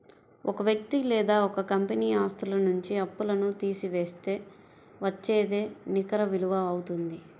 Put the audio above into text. ఒక వ్యక్తి లేదా ఒక కంపెనీ ఆస్తుల నుంచి అప్పులను తీసివేస్తే వచ్చేదే నికర విలువ అవుతుంది